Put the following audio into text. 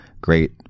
great